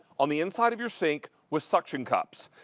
on the inside of your sync with suction cups.